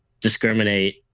discriminate